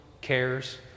cares